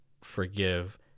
forgive